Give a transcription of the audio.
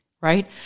Right